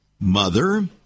mother